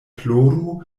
ploru